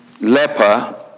Leper